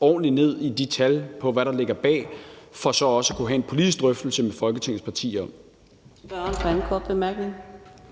ordentligt ned i de tal, der ligger bag, for så også at kunne have en politisk drøftelse med Folketingets partier.